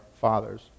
fathers